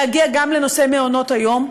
להגיע גם לנושא מעונות היום.